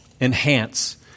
enhance